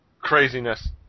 craziness